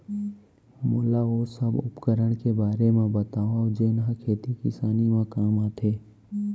मोला ओ सब उपकरण के बारे म बतावव जेन ह खेती किसानी म काम आथे?